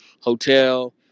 Hotel